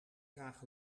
draag